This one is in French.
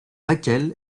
laquelle